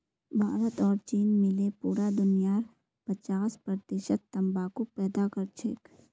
भारत और चीन मिले पूरा दुनियार पचास प्रतिशत तंबाकू पैदा करछेक